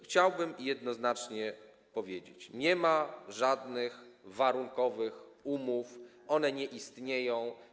Chciałbym jednoznacznie powiedzieć: Nie ma żadnych warunkowych umów, one nie istnieją.